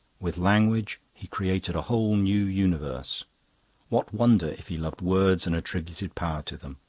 with language he created a whole new universe what wonder if he loved words and attributed power to them!